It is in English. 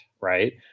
right